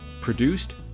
produced